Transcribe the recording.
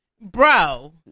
bro